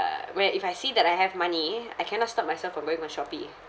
uh where if I see that I have money I cannot stop myself from going on Shopee